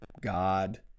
God